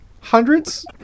Hundreds